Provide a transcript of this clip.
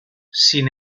sin